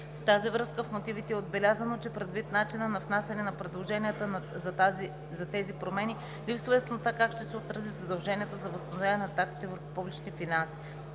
тази връзка в мотивите е отбелязано, че предвид начина на внасяне на предложенията за тези промени, липсва яснота как ще се отрази задължението за възстановяване на таксите върху публичните финанси.